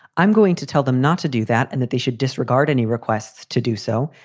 i'm going to tell them not to do that and that they should disregard any requests to do so.